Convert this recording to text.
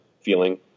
feeling